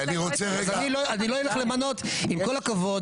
אז היועץ המשפטי --- עם כל הכבוד,